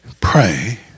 Pray